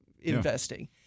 investing